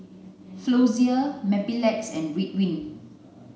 Floxia Mepilex and Ridwind